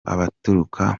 abaturuka